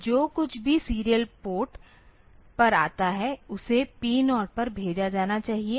तो जो कुछ भी सीरियल पोर्ट पर आता है उसे P0 पर भेजा जाना चाहिए